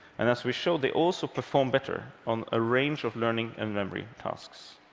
and as we showed, they also perform better on a range of learning and memory tasks.